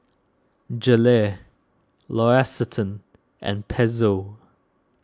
Gelare L'Occitane and Pezzo